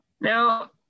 Now